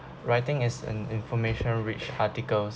writing is an information rich articles